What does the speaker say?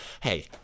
hey